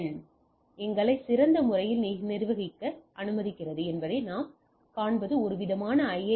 என் எங்களை சிறந்த முறையில் நிர்வகிக்க அனுமதிக்கிறது என்பதை நாம் காண்பது ஒருவிதமான ஐ